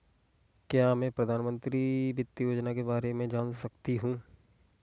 क्या मैं प्रधानमंत्री वित्त योजना के बारे में जान सकती हूँ?